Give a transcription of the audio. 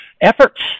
efforts